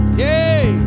yay